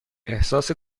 احساس